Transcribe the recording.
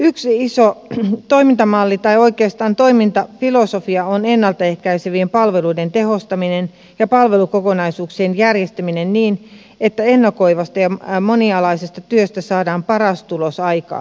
yksi iso toimintamalli tai oikeastaan toimintafilosofia on ennalta ehkäisevien palveluiden tehostaminen ja palvelukokonaisuuksien järjestäminen niin että ennakoivasta ja monialaisesta työstä saadaan paras tulos aikaan